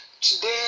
today